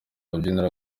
rubyiruko